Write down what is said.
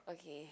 okay